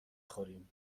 خوریم